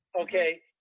Okay